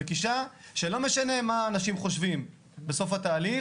בגישה שלא משנה מה אנשים חושבים, בסוף התהליך